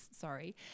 sorry